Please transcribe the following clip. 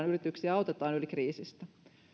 yrityksiä autetaan yli kriisistä